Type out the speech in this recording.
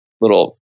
little